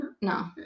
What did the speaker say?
no